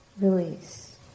release